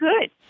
good